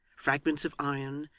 fragments of iron,